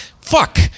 Fuck